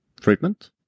treatment